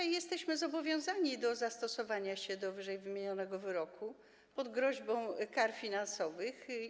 Jesteśmy zobowiązani do zastosowania się do ww. wyroku pod groźbą kar finansowych.